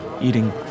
eating